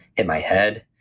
hit my head.